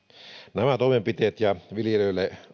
nämä toimenpiteet ja viljelijöille